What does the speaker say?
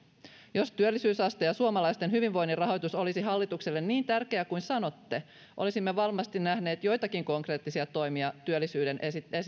jos työllisyysaste ja suomalaisten hyvinvoinnin rahoitus olisi hallitukselle niin tärkeä kuin sanotte olisimme varmasti nähneet joitakin konkreettisia toimia työllisyyden